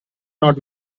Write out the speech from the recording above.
not